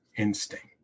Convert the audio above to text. instinct